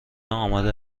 آماده